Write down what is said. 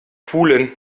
pulen